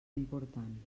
important